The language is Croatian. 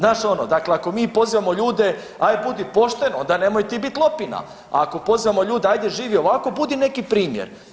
Znaš ono, dakle ako mi pozivamo ljude aj budi pošten onda nemoj ti bit lopina, ako pozivamo ljude ajde živi ovako budi neki primjer.